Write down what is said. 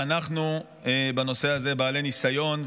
ואנחנו בנושא הזה בעלי ניסיון,